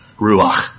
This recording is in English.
Ruach